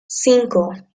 cinco